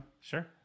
sure